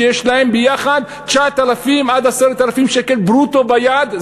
שיש להם יחד 10,000-9,000 שקל ברוטו ביד,